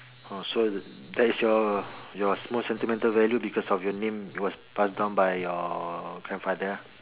oh so that's your your small sentimental value because of your name was passed down by your grandfather lah